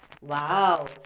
Wow